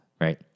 right